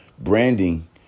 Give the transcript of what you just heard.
branding